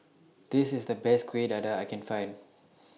This IS The Best Kuih Dadar I Can Find